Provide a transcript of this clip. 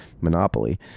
Monopoly